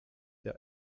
der